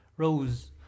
Rose